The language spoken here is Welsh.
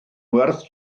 werth